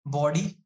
body